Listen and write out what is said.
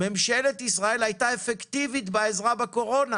ממשלת ישראל הייתה מעולה בעזרה בקורונה